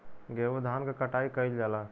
गेंहू धान क कटाई कइल जाला